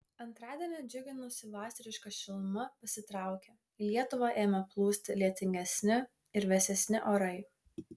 antradienį džiuginusi vasariška šiluma pasitraukė į lietuvą ėmė plūsti lietingesni ir vėsesni orai